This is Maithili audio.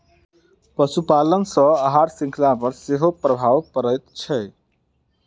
पशुपालन सॅ आहार शृंखला पर सेहो प्रभाव पड़ैत छै